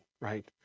right